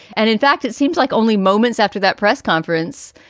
and in fact, it seems like only moments after that press conference,